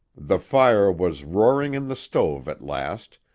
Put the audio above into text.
the fire was roaring in the stove at last,